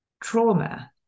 trauma